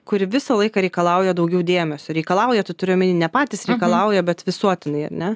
kuri visą laiką reikalauja daugiau dėmesio reikalauja tai turiu omeny ne patys reikalauja bet visuotinėj ane